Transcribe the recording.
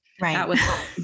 Right